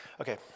okay